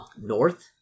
north